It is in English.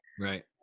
Right